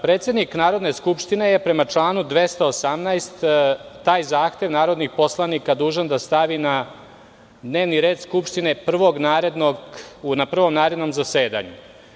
Predsednik Narodne skupštine je, prema članu 218, taj zahtev narodnih poslanika dužan da stavi na dnevni red Skupštine na prvom narednom zasedanju.